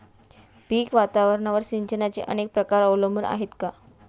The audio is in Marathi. पीक वातावरणावर सिंचनाचे अनेक प्रकार अवलंबून आहेत का?